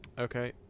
okay